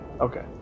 Okay